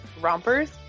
rompers